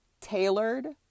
tailored